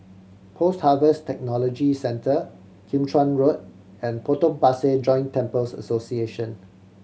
Post Harvest Technology Centre Kim Chuan Road and Potong Pasir Joint Temples Association